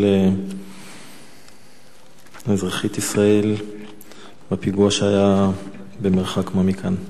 אזרחית ישראל בפיגוע שהיה במרחק-מה מכאן.